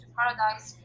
paradise